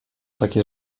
takie